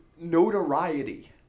notoriety